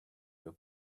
your